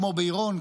כמו ביראון,